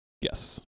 Yes